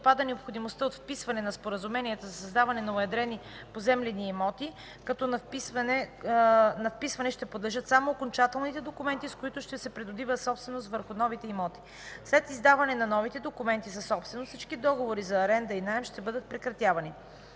Отпада необходимостта от вписване на споразуменията за създаване на уедрени поземлени имоти, като на вписване ще подлежат само окончателните документи, с които ще се придобива собственост върху новите имоти. След издаване на новите документи за собственост всички договори за наем и аренда ще бъдат прекратявани.